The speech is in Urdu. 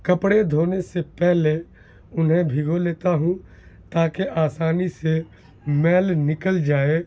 کپڑے دھونے سے پہلے انہیں بھگو لیتا ہوں تاکہ آسانی سے میل نکل جائے